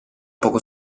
poco